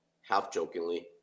half-jokingly